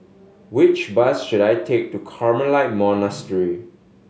which bus should I take to Carmelite Monastery